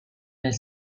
nel